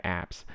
apps